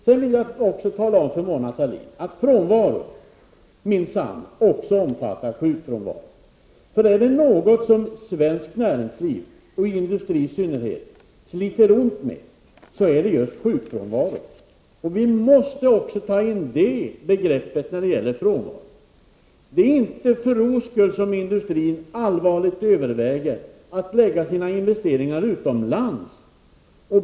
Jag vill även nämna för Mona Sahlin att frånvaro faktiskt omfattar sjukfrånvaro. Svenskt näringsliv och i synnerhet industrin sliter ont med sjukfrånvaron. Vi måste föra in det begreppet när det gäller frånvaron. Det är inte för ro skull som industrin allvarligt överväger att förlägga sina investeringar utomlands.